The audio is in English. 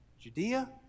Judea